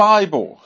Bible